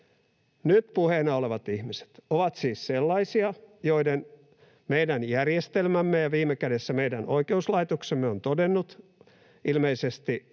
Nyt puheena olevat ihmiset ovat siis sellaisia, joiden kohdalla meidän järjestelmämme ja viime kädessä meidän oikeuslaitoksemme on todennut, ilmeisesti